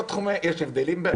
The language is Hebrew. יש הבדלים?